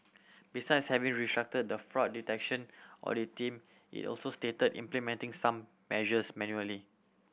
besides having restructured the fraud detection audit team it also started implementing some measures manually